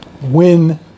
win